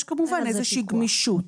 יש כמובן איזושהי גמישות.